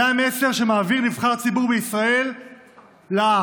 זה המסר שמעביר נבחר ציבור בישראל לעם.